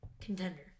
contender